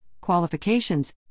qualifications